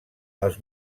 els